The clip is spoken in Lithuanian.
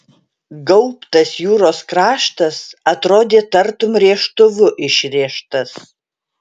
gaubtas jūros kraštas atrodė tartum rėžtuvu išrėžtas